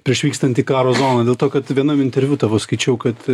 prieš vykstant į karo zoną dėl to kad vienam interviu tavo skaičiau kad